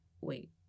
wait